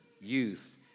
youth